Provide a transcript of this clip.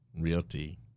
Realty